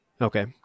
Okay